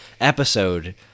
episode